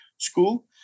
school